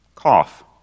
Cough